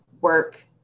work